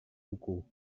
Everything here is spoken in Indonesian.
buku